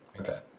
Okay